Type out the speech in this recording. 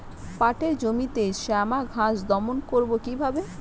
পাটের জমিতে শ্যামা ঘাস দমন করবো কি করে?